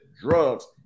drugs